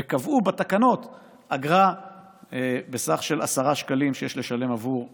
וקבעו בתקנות אגרה בסך של 10 שקלים שיש לשלם עבור הסימון.